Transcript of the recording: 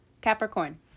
Capricorn